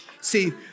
See